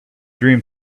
dream